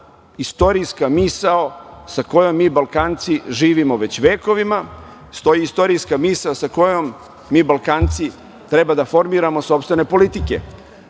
istorijska misao sa kojom mi Balkanci živimo već vekovima, stoji istorijska misao sa kojom mi Balkanci treba da formiramo sopstvene politike,